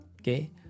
Okay